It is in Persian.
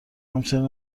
همچنین